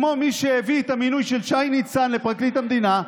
כמו מי שהביא את המינוי של שי ניצן לפרקליט המדינה,